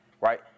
right